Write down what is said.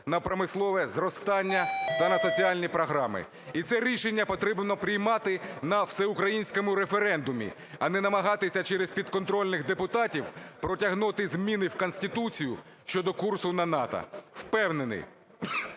на промислове зростання та на соціальні програми. І це рішення потрібно приймати на всеукраїнському референдумі, а не намагатися через підконтрольних депутатів протягнути зміни в Конституцію щодо курсу на НАТО. Впевнений,